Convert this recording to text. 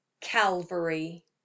Calvary